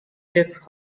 chest